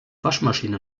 waschmaschine